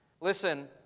Listen